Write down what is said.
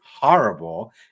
horrible